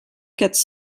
quatre